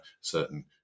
certain